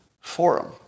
forum